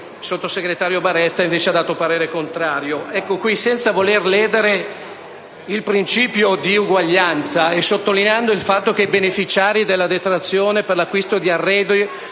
il sottosegretario Baretta ha invece espresso parere contrario. Senza voler ledere il principio di uguaglianza e sottolineando il fatto che i beneficiari della detrazione per l’acquisto di arredi